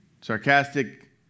sarcastic